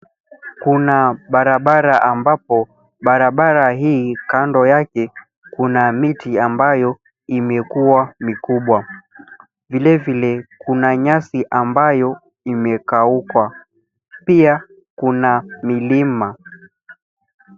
Kuna barabara ambapo barabara hii kando yake kuna miti ambayo imekuwa mikubwa. Vilevile kuna nyasi ambayo imekauka. Pia kuna milima.